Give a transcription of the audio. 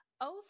Over